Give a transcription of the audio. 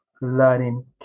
learning